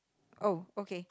oh okay